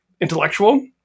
intellectual